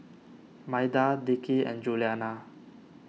Maida Dickie and Juliana